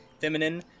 feminine